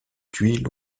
tuile